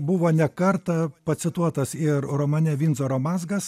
buvo ne kartą pacituotas ir romane vindzoro mazgas